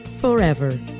forever